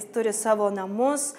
turi savo namus